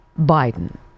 Biden